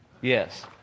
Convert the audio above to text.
Yes